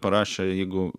parašė jeigu